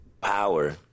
power